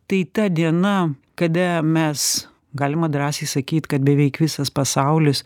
tai ta diena kada mes galima drąsiai sakyt kad beveik visas pasaulis